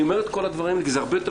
אני אומר את כל הדברים וזה הרבה יותר